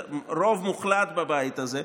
רוב מוחלט בבית הזה.